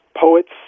poets